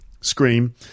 scream